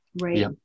Right